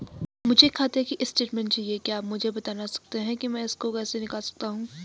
मुझे खाते की स्टेटमेंट चाहिए क्या आप मुझे बताना सकते हैं कि मैं इसको कैसे निकाल सकता हूँ?